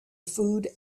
food